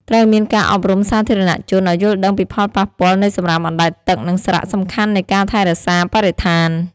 ត្រូវមានការអប់រំសាធារណជនឱ្យយល់ដឹងពីផលប៉ះពាល់នៃសំរាមអណ្តែតទឹក និងសារៈសំខាន់នៃការថែរក្សាបរិស្ថាន។